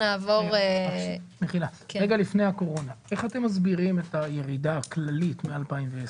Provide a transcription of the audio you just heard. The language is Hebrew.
איך אתם מסבירים את הירידה הכללית מ-2010?